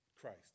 Christ